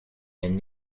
and